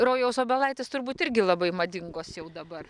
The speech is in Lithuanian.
rojaus obelaitės turbūt irgi labai madingos jau dabar